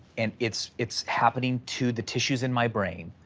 and it's it's happening to the tissues in my brain.